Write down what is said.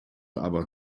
aber